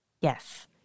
Yes